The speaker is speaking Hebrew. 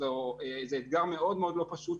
זה אתגר מאוד מאוד לא פשוט,